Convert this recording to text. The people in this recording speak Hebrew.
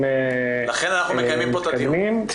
--- לכן אנחנו מקיימים פה את הדיון.